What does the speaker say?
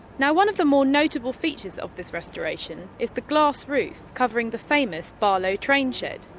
and one of the more notable features of this restoration is the glass roof covering the famous barlow train shed.